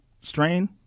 strain